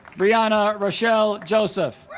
briana rochelle joseph